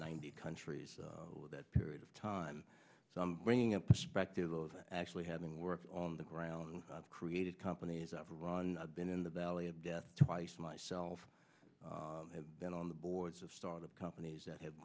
ninety countries with that period of time so i'm bringing a perspective of actually having worked on the ground and created companies of ron i've been in the valley of death twice myself i have been on the boards of startup companies that have